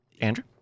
andrew